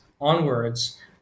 onwards